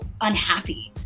unhappy